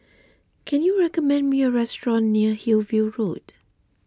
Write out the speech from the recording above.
can you recommend me a restaurant near Hillview Road